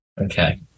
Okay